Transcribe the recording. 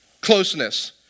closeness